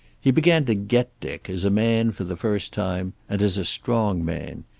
he began to get dick as a man, for the first time, and as a strong man.